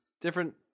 different